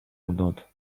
contente